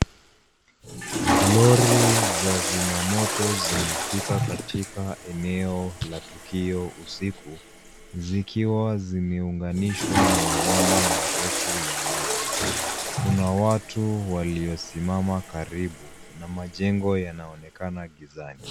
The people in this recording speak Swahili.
Lori za zimamoto zimefika katika eneo la tukio usiku zikiwa zimeunganishwa na mabomba marefu ya maji. Kuna watu waliyosimama karibu na majengo yanaonekana gizani.